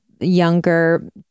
younger